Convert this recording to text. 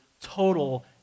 total